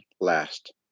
last